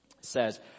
says